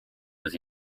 was